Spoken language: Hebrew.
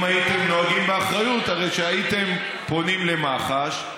אם הייתם נוהגים באחריות הרי שהייתם פונים למח"ש,